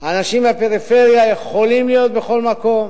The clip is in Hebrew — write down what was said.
האנשים מהפריפריה יכולים להיות בכל מקום,